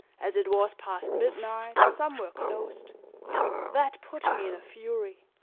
as it was past midnight some were closed that put me in a fury.